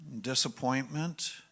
disappointment